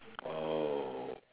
oh